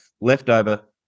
leftover